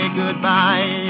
goodbye